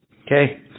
Okay